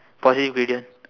for this gradient